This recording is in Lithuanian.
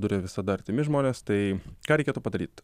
duria visada artimi žmonės tai ką reikėtų padaryt